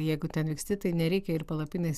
jeigu ten vyksti tai nereikia ir palapinės